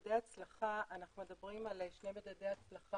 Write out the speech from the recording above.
מדדי הצלחה, אנחנו מדברים על שני הצלחה